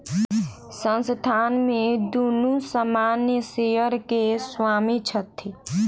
संस्थान में दुनू सामान्य शेयर के स्वामी छथि